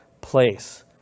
place